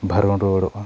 ᱵᱷᱚᱨᱚᱱ ᱨᱩᱣᱟᱹᱲᱚᱜᱼᱟ